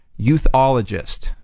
youthologist